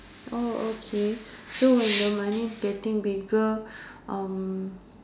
oh okay so when the money is getting bigger um